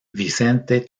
vicente